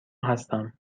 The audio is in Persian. هستم